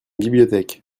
bibliothèque